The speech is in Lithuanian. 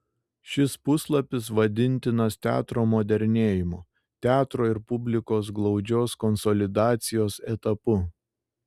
šis puslapis vadintinas teatro modernėjimo teatro ir publikos glaudžios konsolidacijos etapu